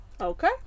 Okay